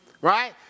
right